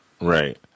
Right